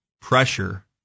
pressure